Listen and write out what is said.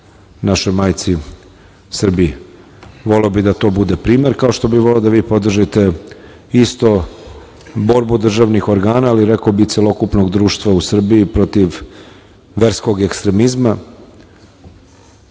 našoj majci Srbiji. Voleo bih da to bude primer, kao što bih voleo da vi podržite isto borbu državnih organa, ali rekao bih i celokupnog društva u Srbiji protiv verskog ekstremizma,